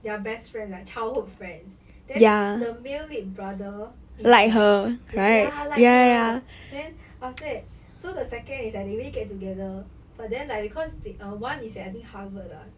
their best friend like childhood friends then the male lead brother is like like ya like her then after that so the second is they already get together but then like because the uh one is at I think harvard ah